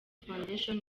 foundation